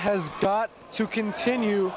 has got to continue